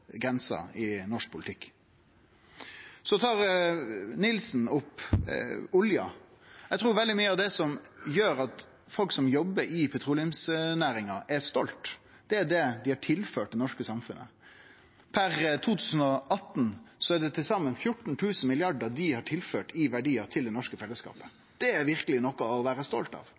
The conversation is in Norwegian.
grensa i norsk politikk. Så tok representanten Nilsen opp olja. Eg trur veldig mykje av det som gjer at folk som jobbar i petroleumsnæringa, er stolte, er det dei har tilført det norske samfunnet. Per 2018 er det til saman 14 000 mrd. kr dei har tilført i verdiar til det norske fellesskapet. Det er verkeleg noko å vere stolte av